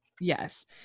Yes